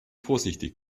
vorsichtig